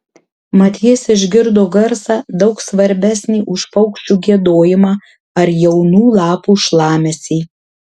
mat jis išgirdo garsą daug svarbesnį už paukščių giedojimą ar jaunų lapų šlamesį